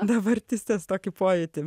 dabartis tas tokį pojūtį